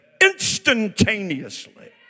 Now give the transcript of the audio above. instantaneously